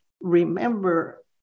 remember